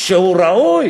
משא כבד, שהוא ראוי.